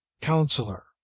Counselor